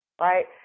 Right